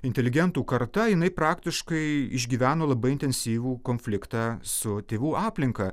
inteligentų karta jinai praktiškai išgyveno labai intensyvų konfliktą su tėvų aplinka